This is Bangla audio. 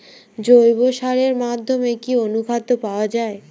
জৈব সারের মধ্যে কি অনুখাদ্য পাওয়া যায়?